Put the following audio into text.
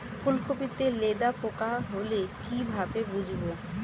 ফুলকপিতে লেদা পোকা হলে কি ভাবে বুঝবো?